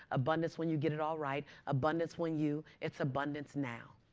abundance when you get it all right, abundance when you it's abundance now.